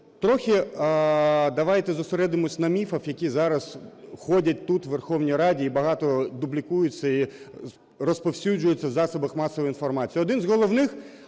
Трохи давайте зосередимося на міфах, які зараз ходять тут, у Верховній Раді, і багато дублікуються і розповсюджуються в засобах масової інформації.